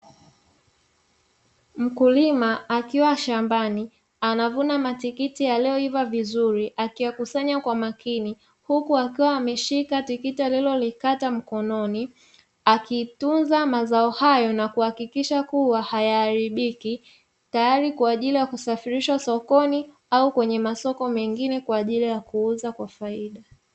Mkulima akiwa shambani, anavuna matikiti yaliyoiva vizuri, akiyakusanya kwa makini huku akiwa ameshika tikiti alilolikata mkononi, akitunza mazao hayo na kuhakikisha kua hayaharibiki, tayari kwa ajili ya kusafirishwa sokoni au kwenye masoko mengine kwa ajili ya kuuza kwa faida